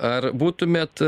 ar būtumėt